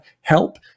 help